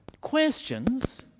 questions